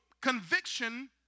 conviction